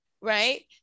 Right